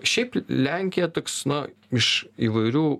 šiaip lenkija toks na iš įvairių